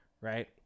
Right